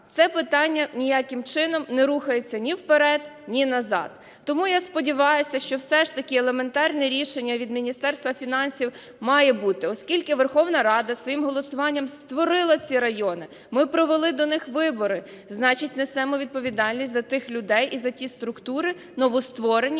Це питання ніяким чином не рухається ні вперед, ні назад. Тому я сподіваюся, що все ж таки елементарне рішення від Міністерства фінансів має бути, оскільки Верховна Рада своїм голосуванням створила ці райони, ми провели до них вибори, значить несемо відповідальність за тих людей і за ті структури новостворені,